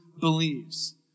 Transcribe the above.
believes